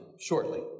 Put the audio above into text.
shortly